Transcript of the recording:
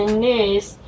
news